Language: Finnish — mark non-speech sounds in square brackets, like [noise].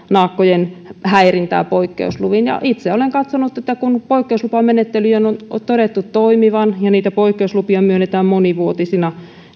[unintelligible] naakkojen häirintää poikkeusluvin itse olen katsonut että kun poikkeuslupamenettelyjen on on todettu toimivan ja niitä poikkeuslupia myönnetään monivuotisina